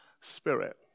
Spirit